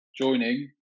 joining